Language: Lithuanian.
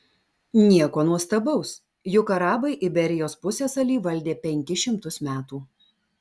nieko nuostabaus juk arabai iberijos pusiasalį valdė penkis šimtus metų